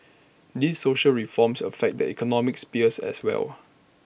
these social reforms affect the economic spheres as well